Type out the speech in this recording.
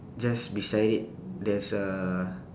just beside it there's uh